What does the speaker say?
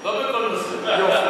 לא בכל נושא.